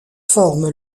forme